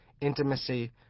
intimacy